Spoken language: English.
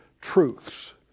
truths